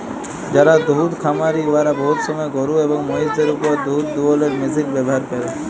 যারা দুহুদ খামারি উয়ারা বহুত সময় গরু এবং মহিষদের উপর দুহুদ দুয়ালোর মেশিল ব্যাভার ক্যরে